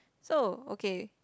so okay